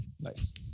Nice